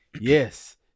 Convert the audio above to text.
yes